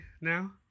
now